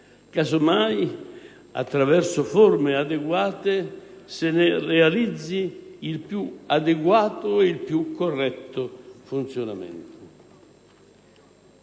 caso mai, attraverso forme adeguate, se ne realizzi il più adeguato e corretto funzionamento.